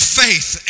faith